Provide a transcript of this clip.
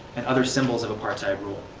and other symbols of apartheid rule.